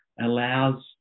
allows